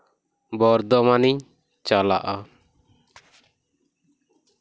ᱵᱚᱨᱫᱷᱚᱢᱟᱱᱤᱧ ᱪᱟᱞᱟᱜᱼᱟ